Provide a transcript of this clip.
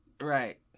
right